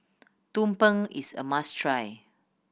tumpeng is a must try